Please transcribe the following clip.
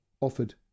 offered